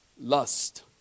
lust